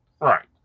right